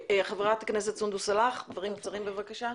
חברת הכנסת סונדוס סאלח, דברים קצרים, בבקשה.